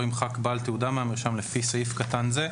ימחק בעל תעודה מהמרשם לפי סעיף קטן זה,